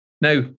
Now